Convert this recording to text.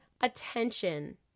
attention